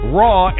raw